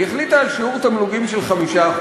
היא החליטה על שיעור תמלוגים של 5%,